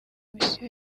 komisiyo